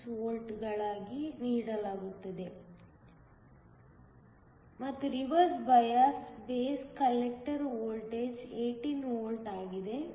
6 ವೋಲ್ಟ್ಗಳಾಗಿ ನೀಡಲಾಗಿದೆ ಮತ್ತು reverse bias base collector voltage 18 volt ಆಗಿದೆ